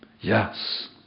Yes